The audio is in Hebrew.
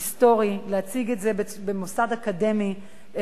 להציג את זה במוסד אקדמי נאור,